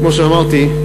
כמו שאמרתי,